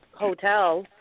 Hotel